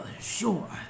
Sure